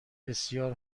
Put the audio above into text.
بسیار